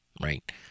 Right